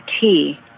tea